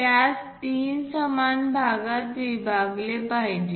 त्यास तीन समान भागात विभागले पाहिजे